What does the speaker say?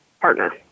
partner